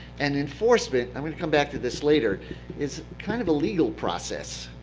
and enforcement i'm going to come back to this later is kind of a legal process.